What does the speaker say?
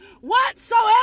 whatsoever